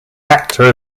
actor